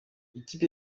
ikipe